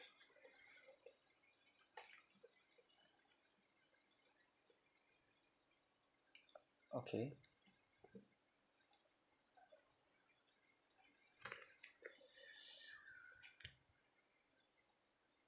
okay